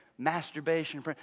Masturbation